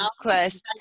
quest